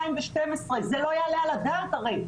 זה לא יעלה על הדעת הרי.